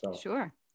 Sure